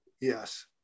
yes